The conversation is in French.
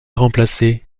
remplacer